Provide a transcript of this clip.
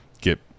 get